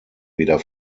wieder